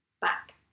back